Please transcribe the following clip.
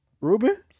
Ruben